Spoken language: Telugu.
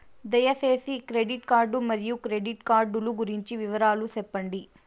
దయసేసి క్రెడిట్ కార్డు మరియు క్రెడిట్ కార్డు లు గురించి వివరాలు సెప్పండి?